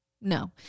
no